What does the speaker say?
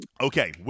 Okay